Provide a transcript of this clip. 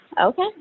Okay